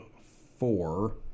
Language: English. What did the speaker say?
four